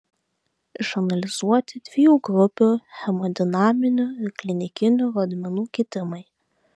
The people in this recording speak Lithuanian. išanalizuoti dviejų grupių hemodinaminių ir klinikinių rodmenų kitimai